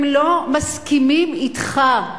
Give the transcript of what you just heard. הם לא מסכימים אתך,